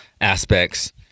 aspects